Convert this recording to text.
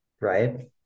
right